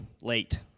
late